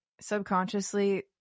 subconsciously